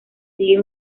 sigue